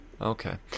Okay